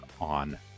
on